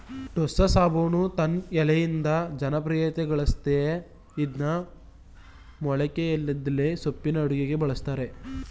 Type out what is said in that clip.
ಟೋಸ್ಸಸೆಣಬು ತನ್ ಎಲೆಯಿಂದ ಜನಪ್ರಿಯತೆಗಳಸಯ್ತೇ ಇದ್ನ ಮೊಲೋಖಿಯದಲ್ಲಿ ಸೊಪ್ಪಿನ ಅಡುಗೆಗೆ ಬಳುಸ್ತರೆ